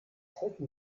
hätten